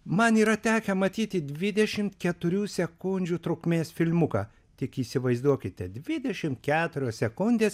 man yra tekę matyti dvidešimt keturių sekundžių trukmės filmuką tik įsivaizduokite dvidešim keturios sekundės